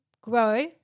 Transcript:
grow